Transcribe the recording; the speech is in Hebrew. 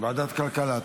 ועדת כלכלה.